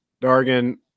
Dargan